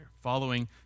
following